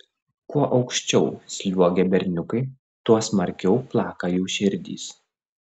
kuo aukščiau sliuogia berniukai tuo smarkiau plaka jų širdys